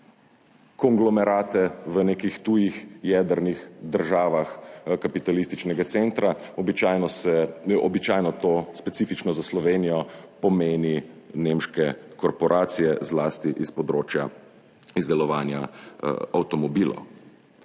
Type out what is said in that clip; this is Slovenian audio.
konglomerate v nekih tujih jedrnih državah kapitalističnega centra. Običajno to specifično za Slovenijo pomeni nemške korporacije, zlasti s področja izdelovanja avtomobilov.